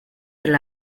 del